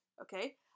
okay